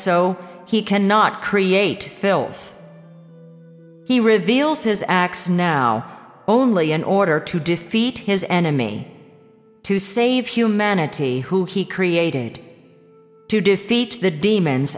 so he cannot create filth he reveals his acts now only in order to defeat his enemy to save humanity who he created to defeat the demons